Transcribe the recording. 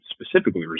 specifically